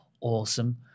Awesome